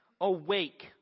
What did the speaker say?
Awake